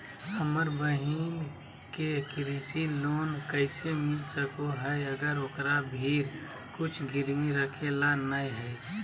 हमर बहिन के कृषि लोन कइसे मिल सको हइ, अगर ओकरा भीर कुछ गिरवी रखे ला नै हइ?